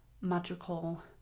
magical